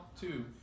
two